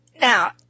Now